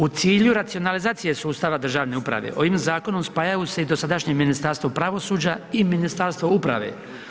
U cilju racionalizacije sustava državne uprave, ovim zakonom spajaju se i dosadašnje Ministarstvo pravosuđa i Ministarstvo uprave.